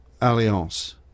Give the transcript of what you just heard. alliance